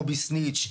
קובי סניץ',